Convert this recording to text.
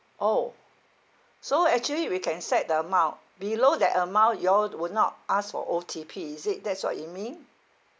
orh so actually we can set the amount below that amount you all will not ask for O_T_P is it that's what you mean